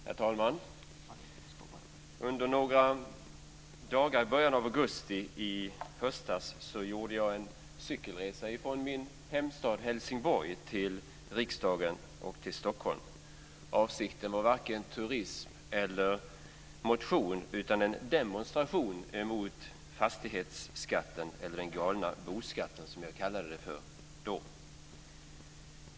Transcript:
Herr talman! Under några dagar i början av augusti i höstas gjorde jag en cykelresa från min hemstad Helsingborg till riksdagen och Stockholm. Avsikten var varken turism eller motion utan en demonstration mot fastighetsskatten, eller den galna bo-skatten, som jag då kallade det för.